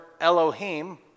Elohim